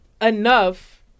enough